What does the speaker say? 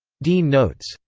dean notes,